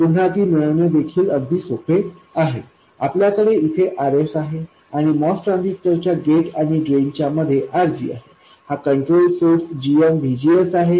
पुन्हा ती मिळवणे देखील अगदी सोपे आहे आपल्याकडे इथे Rs आहे आणि MOS ट्रान्झिस्टर च्या गेट आणि ड्रेन च्या मधे RG आहे हा कंट्रोल सोर्स gmVGS आहे